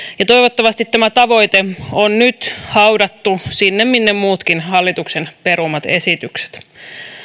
ja toivottavasti tämä tavoite on nyt haudattu sinne minne muutkin hallituksen perumat esitykset